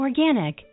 Organic